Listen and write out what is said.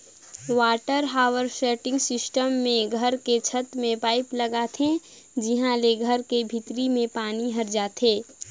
water harvesting system मे घर के छत में पाईप लगाथे जिंहा ले घर के भीतरी में पानी हर जाथे